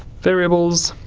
variables,